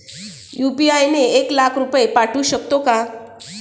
UPI ने एक लाख रुपये पाठवू शकतो का?